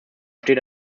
steht